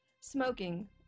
smoking